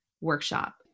workshop